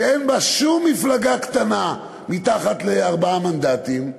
שאין בה שום מפלגה קטנה מתחת לארבעה מנדטים,